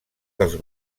dels